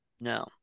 No